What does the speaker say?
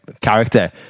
character